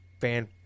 fan